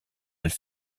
elle